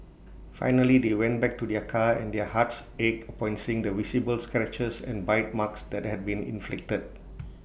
finally they went back to their car and their hearts ached upon seeing the visible scratches and bite marks that had been inflicted